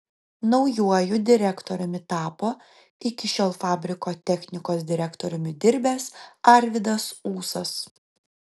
naujuoju direktoriumi tapo iki šiol fabriko technikos direktoriumi dirbęs arvydas ūsas